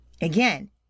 Again